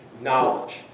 knowledge